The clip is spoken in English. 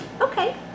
Okay